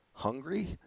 Hungry